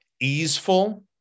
easeful